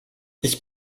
ich